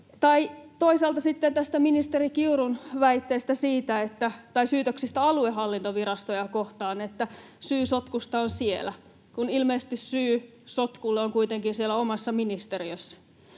näistä ministeri Kiurun syytöksistä aluehallintovirastoja kohtaan, että syy sotkusta on siellä, kun ilmeisesti syy sotkulle on kuitenkin siellä omassa ministeriössä.